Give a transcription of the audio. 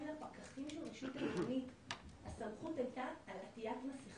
לפקחים של הרשות העירונית הסמכות הייתה על עטיית מסכה,